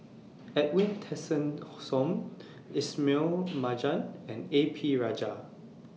Edwin Tessensohn Ismail Marjan and A P Rajah